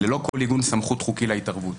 ללא כל עיגון סמכות חוקית להתערבות.